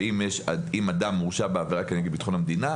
שאם אדם הורשע בעבירה כנגד ביטחון המדינה,